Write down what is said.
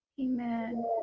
amen